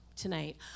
tonight